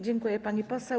Dziękuję, pani poseł.